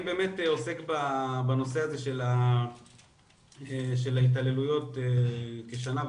אני באמת עוסק בנושא הזה של ההתעללויות כשנה וחצי,